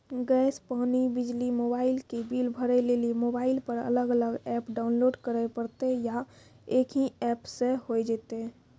Gas, पानी, बिजली, mobile के बिल भरे लेली मोबाइल पर अलग अलग एप्प लोड करे परतै या एक ही एप्प से होय जेतै?